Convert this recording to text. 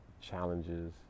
challenges